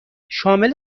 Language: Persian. شامل